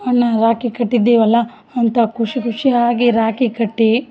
ಅಣ್ಣ ರಾಕಿ ಕಟ್ಟಿದೀವಲ್ಲ ಅಂತ ಖುಷಿ ಖುಷಿಯಾಗಿ ರಾಕಿ ಕಟ್ಟಿ